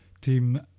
Team